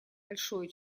большое